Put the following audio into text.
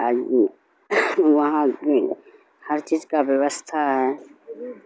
وہاں ہر چیز کا ووستھا ہے